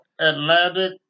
Atlantic